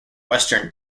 western